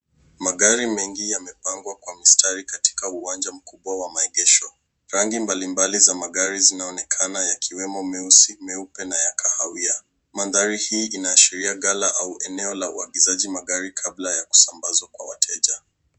Magari mengi yamepangwa kwa mstari katika uwanja mkubwa wa maegesho. Rangi mbalimbali za magari zinaonekana yakiwemo meusi, meupe na ya kahawia. Mandhari hii inaashiria gala au eneo la uagizaji magari kabla ya kusambazwa kwa wateja.